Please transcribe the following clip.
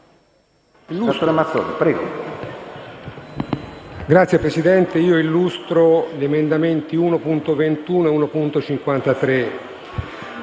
Signor Presidente, illustro gli emendamenti 1.21 e 1.53.